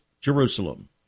Jerusalem